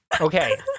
Okay